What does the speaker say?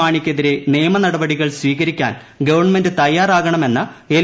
മാണിക്കെതിരെ നിയമ നടപടികൾ സ്വീകരിക്കാൻ ഗവൺമെന്റ് തയ്യാറാകണമെന്ന് എൽ